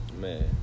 Man